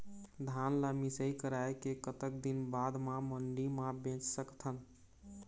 धान ला मिसाई कराए के कतक दिन बाद मा मंडी मा बेच सकथन?